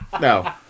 No